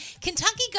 Kentucky